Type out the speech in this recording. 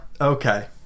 Okay